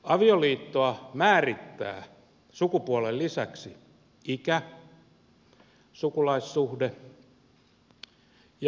avioliittoa määrittää sukupuolen lisäksi ikä sukulaissuhde ja lukumäärä